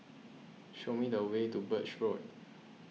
show me the way to Birch Road